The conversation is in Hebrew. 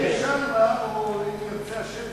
"אינשאללה" או "אם ירצה השם"